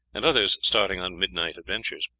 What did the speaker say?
and others starting on midnight adventures.